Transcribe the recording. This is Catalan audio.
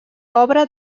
obra